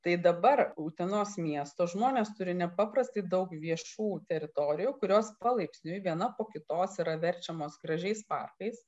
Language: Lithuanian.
tai dabar utenos miesto žmonės turi nepaprastai daug viešų teritorijų kurios palaipsniui viena po kitos yra verčiamos gražiais parkais